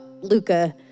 Luca